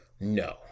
no